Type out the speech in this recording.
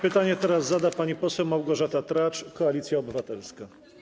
Pytanie teraz zada pani poseł Małgorzata Tracz, Koalicja Obywatelska.